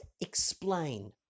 explain